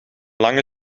lange